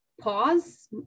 pause